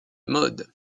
modes